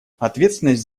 ответственность